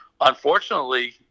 unfortunately